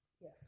Yes